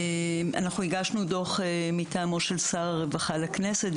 הגשנו דוח מטעמו של שר הרווחה לכנסת,